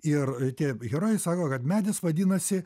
ir tie herojai sako kad medis vadinasi